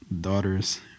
daughters